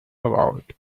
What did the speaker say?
about